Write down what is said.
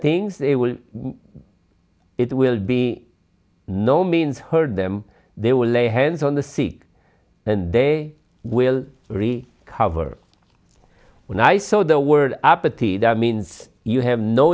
things they will it will be no means heard them they will lay hands on the sick and they will really cover when i saw the word apathy that means you have no